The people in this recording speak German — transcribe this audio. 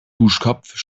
duschkopf